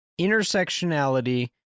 intersectionality